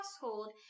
household